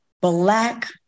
black